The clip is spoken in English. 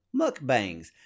mukbangs